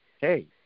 hey